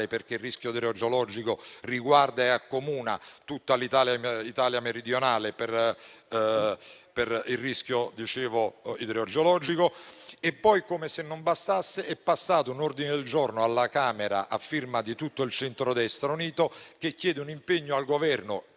- il rischio di idrogeologico riguarda e accomuna tutta l'Italia meridionale - e, come se non bastasse, è passato un ordine del giorno alla Camera, a firma di tutto il centrodestra unito, che chiede un impegno al Governo,